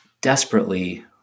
desperately